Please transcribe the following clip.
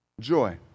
Joy